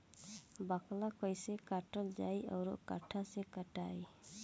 बाकला कईसे काटल जाई औरो कट्ठा से कटाई?